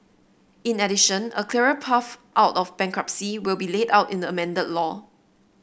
in addition a clearer path out of bankruptcy will be laid out in the amended law